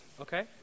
okay